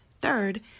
Third